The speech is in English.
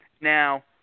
now